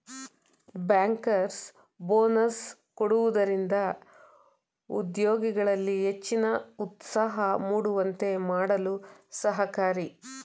bankers bonus ಕೊಡುವುದರಿಂದ ಉದ್ಯೋಗಿಗಳಲ್ಲಿ ಹೆಚ್ಚಿನ ಉತ್ಸಾಹ ಮೂಡುವಂತೆ ಮಾಡಲು ಸಹಕಾರಿ